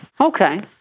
Okay